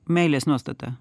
meilės nuostatą